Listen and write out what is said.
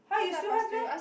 !huh! you still have meh